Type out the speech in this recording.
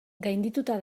gaindituta